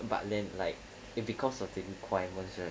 but then like it because of the requirements